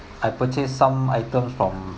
I purchased some items from